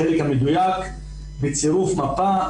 החלק המדויק בצירוף מפה,